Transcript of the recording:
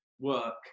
work